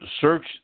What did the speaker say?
search